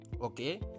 okay